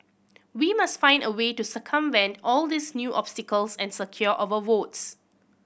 we must find a way to circumvent all these new obstacles and secure our votes